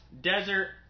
desert